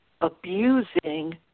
Abusing